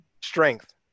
strength